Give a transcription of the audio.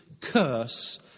Curse